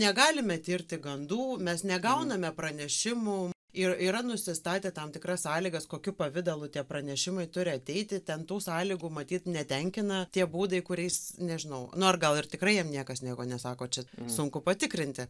negalime tirti gandų mes negauname pranešimų ir yra nusistatę tam tikras sąlygas kokiu pavidalu tie pranešimai turi ateiti ten tų sąlygų matyt netenkina tie būdai kuriais nežinau nor gal ir tikrai jam niekas nieko nesako čia sunku patikrinti